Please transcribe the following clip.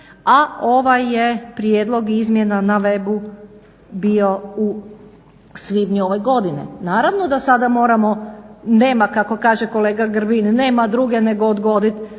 a ovaj je prijedlog izmjena web-u bio u svibnju ove godine. Naravno da sada moramo, nema kako kaže kolega Grbin, nema druge nego odgoditi